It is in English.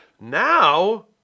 Now